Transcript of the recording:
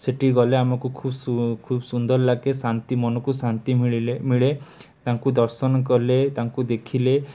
ସେଠିକି ଗଲେ ଆମକୁ ଖୁବ୍ ସୁନ୍ଦର ଲାଗେ ଶାନ୍ତି ମନକୁ ଶାନ୍ତି ମିଳିଲେ ମିଳେ ତାଙ୍କୁ ଦର୍ଶନକଲେ ତାଙ୍କୁ ଦେଖିଲେ